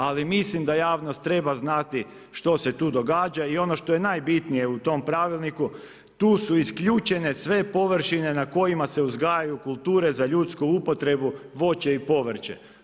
Ali, mislim da javnost treba znati što se tu događa i ono što je najbitnije u tom pravilniku, tu su isključene sve površine na kojima se uzgajaju kulture za ljudsku upotrebu, voće i povrće.